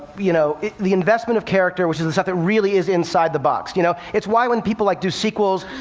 you know the investment of character, which is the stuff that really is inside the box, you know? it's why when people like do sequels,